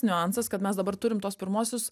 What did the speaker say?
niuansas kad mes dabar turim tuos pirmuosius